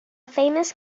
famous